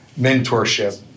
mentorship